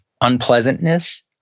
unpleasantness